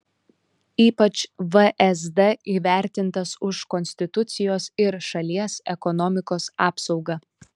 ypač vsd įvertintas už konstitucijos ir šalies ekonomikos apsaugą